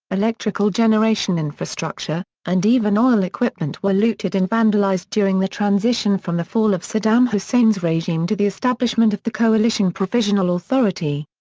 electrical generation infrastructure, and even oil equipment were looted and vandalized during the transition from the fall of saddam hussein's regime to the establishment of the coalition provisional authority.